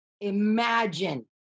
imagine